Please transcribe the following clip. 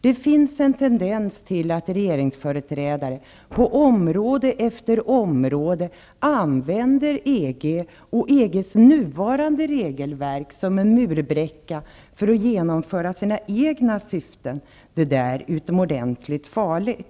Det finns en tendens till att regeringsföreträdare på område efter område använder EG och EG:s nuvarande regelverk som en murbräcka för att genomföra sin egna syften. Det är utomordentligt farligt.